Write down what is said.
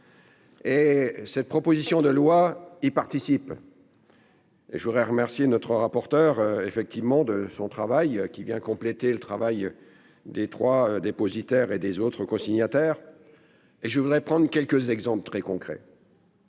Et cette proposition de loi et participe. Et je voudrais remercier notre rapporteur effectivement de son travail qui vient compléter le travail des 3 dépositaire et des autres cosignataires. Et je voudrais prendre quelques exemples très concrets.